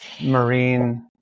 Marine